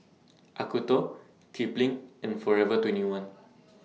Acuto Kipling and Forever twenty one